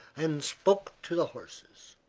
and spoke to the horses.